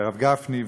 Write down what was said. הרב גפני,